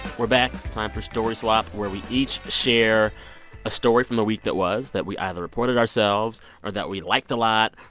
we're back. time for story swap, where we each share a story from the week that was that we either reported ourselves or that we liked a lot.